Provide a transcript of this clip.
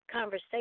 conversation